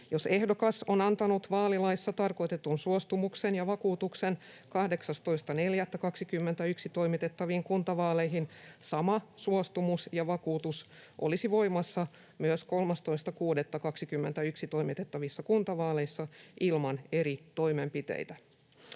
Jos ehdokas on antanut vaalilaissa tarkoitetun suostumuksen ja vakuutuksen 18.4.21 toimitettaviin kuntavaaleihin, sama suostumus ja vakuutus olisi voimassa myös 13.6.21 toimitettavissa kuntavaaleissa ilman eri toimenpiteitä.